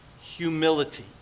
humility